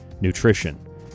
nutrition